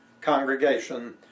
congregation